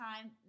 time